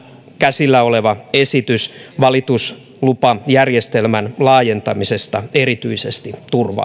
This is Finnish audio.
käsillä oleva esitys valituslupajärjestelmän laajentamisesta erityisesti turvaa